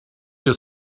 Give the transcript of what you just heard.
your